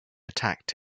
attacked